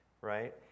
right